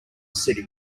city